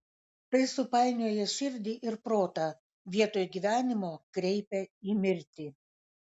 tai supainioja širdį ir protą vietoj gyvenimo kreipia į mirtį